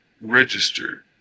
registered